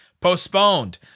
postponed